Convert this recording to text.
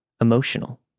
emotional